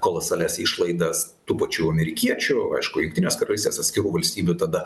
kolasalias išlaidas tų pačių amerikiečių aišku jungtinės karalystės atskirų valstybių tada